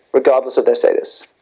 regardless of their status.